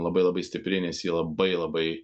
labai labai stipri nes ji labai labai